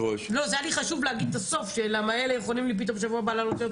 לי חשוב להגיד את הסוף כי אלה יכולים פתאום שבוע הבא להעלות עוד פעם.